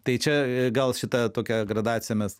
tai čia gal šita tokia gradacija mes